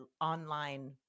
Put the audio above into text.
online